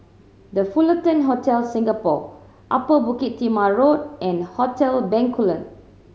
The Fullerton Hotel Singapore Upper Bukit Timah Road and Hotel Bencoolen